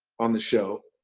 on the show.